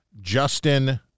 Justin